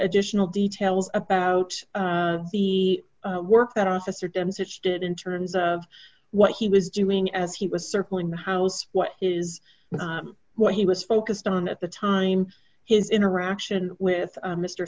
dditional details about the work that officer dems such did in terms of what he was doing as he was circling the house what is what he was focused on at the time his interaction with mr